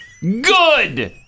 Good